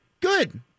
Good